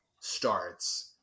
starts